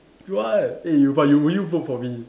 Tu Huat eh you but would you vote for me